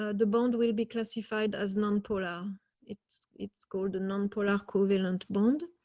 ah the bond will be classified as non pura it's it's called a non political violent bond.